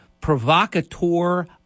provocateur